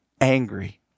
angry